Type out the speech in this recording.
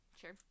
Sure